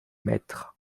maîtres